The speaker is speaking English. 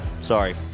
Sorry